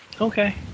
Okay